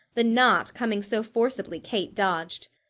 the not coming so forcibly kate dodged.